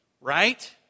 right